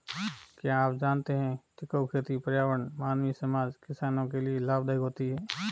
क्या आप जानते है टिकाऊ खेती पर्यावरण, मानवीय समाज, किसानो के लिए लाभदायक खेती है?